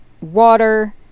water